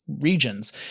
regions